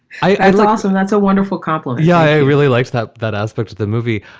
i look awesome. that's a wonderful couple. yeah. i really liked that that aspect of the movie.